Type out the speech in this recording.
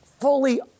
fully